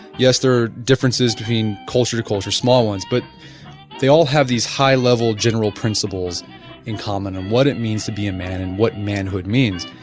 yes, there are differences between culture to culture, small ones but they all have these high level general principles in common on what it means to be a man and what manhood means.